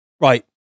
Right